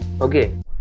okay